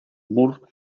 mur